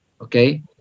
okay